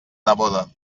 neboda